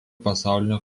pasaulinio